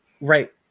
right